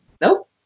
Nope